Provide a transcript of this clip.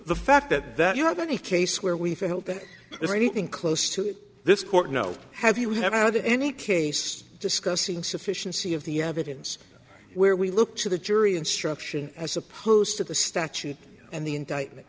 the fact that that you have any case where we think there's anything close to this court no have you have any case discussing sufficiency of the evidence where we look to the jury instruction as opposed to the statute and the indictment